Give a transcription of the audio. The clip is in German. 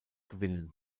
gewinnen